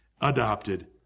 adopted